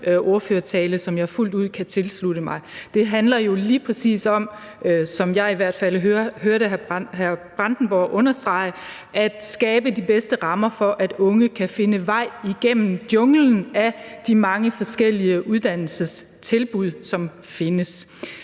ordførertale, som jeg fuldt ud kan tilslutte mig. Det handler lige præcis om – som jeg i hvert fald hørte hr. Bjørn Brandenborg understrege – at skabe de bedste rammer for, at unge kan finde vej igennem junglen af de mange forskellige uddannelsestilbud, som findes.